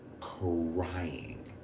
crying